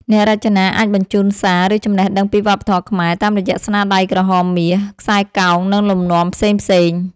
អ្នករចនាអាចបញ្ជូនសារ ឬចំណេះដឹងពីវប្បធម៌ខ្មែរ តាមរយៈស្នាដៃក្រហមមាស ខ្សែកោងនិងលំនាំផ្សេងៗ។